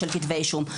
של כתבי אישום,